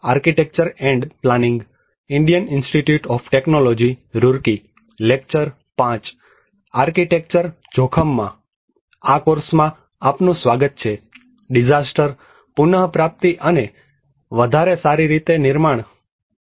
આ કોર્સમાં આપનું સ્વાગત છે ડિઝાસ્ટર પુનઃપ્રાપ્તીRecoveryરિકવરી અને વધારે સારી રીથે નિર્માણBuild Back betterબિલ્ડ બેક બેટર